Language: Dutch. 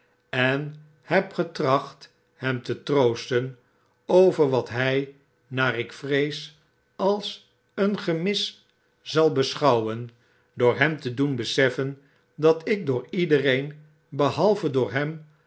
en heb getracht hem te troosten over wat hj naar ik vrees als een gemis zal beschouwen door hem te doen beseffen dat ik door iedereen behalve door hem